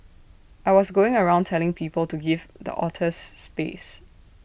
I was going around telling people to give the otters space